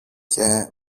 και